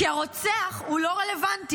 כי הרוצח הוא לא רלוונטי.